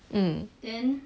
mm